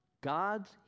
God's